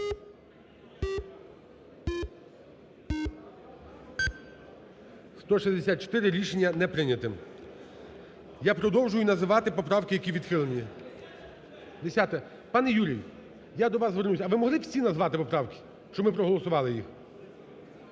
За-164 Рішення не прийнято. Я продовжую називати поправки, які відхилені. Пане Юрію, я до вас звернуся. А ви могли би всі назвати поправки, щоб ми проголосували їх? Так,